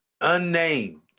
unnamed